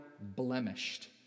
blemished